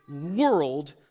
world